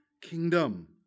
kingdom